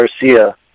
Garcia